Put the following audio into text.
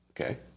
okay